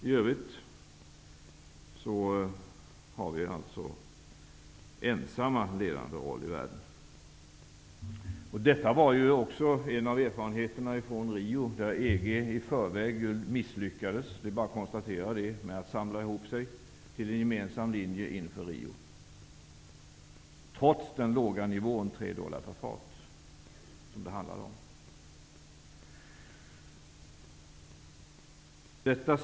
I övrigt har vi ensamma en ledande roll i världen. Detta var också en av erfarenheterna från Rio. EG misslyckades att i förväg samla ihop sig till en gemensam linje inför Rio, trots att det handlade om en så låg nivå som tre dollar per fat. Det är bara att konstatera det.